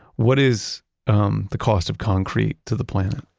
what is um the cost of concrete to the planet?